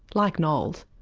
like noel's,